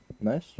Nice